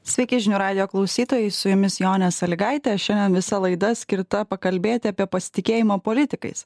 sveiki žinių radijo klausytojai su jumis jonė salygaitė šiandien visa laida skirta pakalbėti apie pasitikėjimą politikais